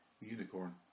unicorn